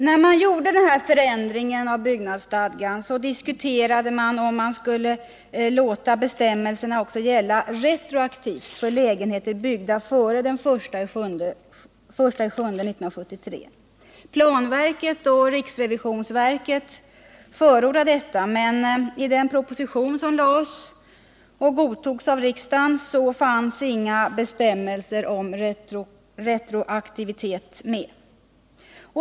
När förändringen i byggnadsstadgan infördes, diskuterades frågan om bestämmelserna också skulle gälla retroaktivt för lägenheter byggda före den 1 juli 1973. Planverket och riksrevisionsverket förordade detta, men i den proposition som framlades och godtogs av riksdagen fanns inga bestämmelser om retroaktivitet med.